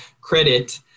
credit